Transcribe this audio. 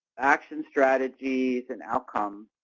action strategies, and outcomes